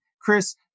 Chris